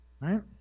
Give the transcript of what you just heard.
Right